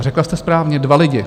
A řekla jste správně, dva lidi.